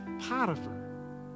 Potiphar